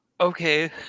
okay